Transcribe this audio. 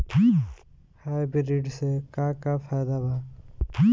Hybrid से का का फायदा बा?